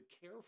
care